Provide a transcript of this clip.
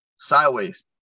sideways